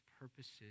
purposes